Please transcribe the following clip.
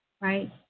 right